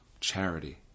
charity